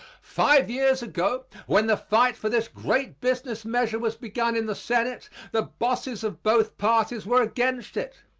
five years ago, when the fight for this great business measure was begun in the senate the bosses of both parties were against it.